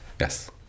yes